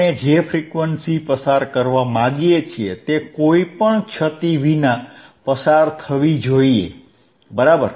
આપણે જે ફ્રીક્વન્સી પસાર કરવા માંગીએ છીએ તે કોઈપણ ક્ષતિ વિના પસાર થવી જોઈએ બરાબર